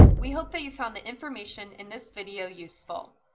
we hope that you found the information in this video useful.